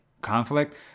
conflict